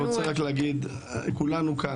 אני רוצה להגיד שכולנו כאן,